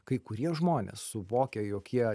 kai kurie žmonės suvokę jog jie